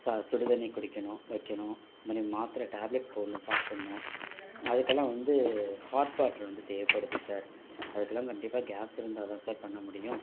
ச சுடுதண்ணி குடிக்கணும் வைக்கணும் அது மாதிரி மாத்திர டேப்லட் போடணும் சாப்பிட்ணும் அதுக்கெல்லாம் வந்து ஹாட் வாட்ரு வந்து தேவைப்படுது சார் அதுக்கெல்லாம் கண்டிப்பாக கேஸ் இருந்தால் தான் சார் பண்ண முடியும்